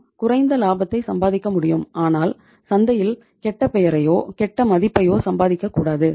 நாம் குறைந்த லாபத்தை சம்பாதிக்க முடியும் ஆனால் சந்தையில் கெட்ட பெயரையோ கெட்ட மதிப்பையோ சம்பாதிக்கக்கூடாது